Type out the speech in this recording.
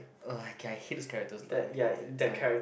ugh okay I hate this character lah I really hated like